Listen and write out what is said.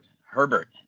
Herbert